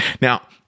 Now